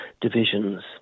divisions